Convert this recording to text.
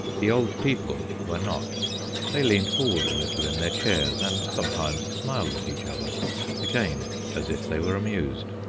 the old people were not they leaned forward a little in their chairs and sometimes smiled at each other again as if they were amused.